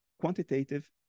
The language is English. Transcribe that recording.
quantitative